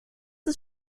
ist